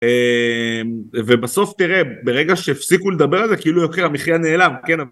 ובסוף תראה, ברגע שהפסיקו לדבר על זה כאילו יוקר המחיה נעלם, כן,